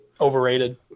Overrated